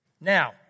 Now